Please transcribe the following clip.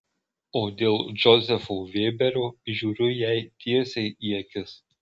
o dėl džozefo vėberio žiūriu jai tiesiai į akis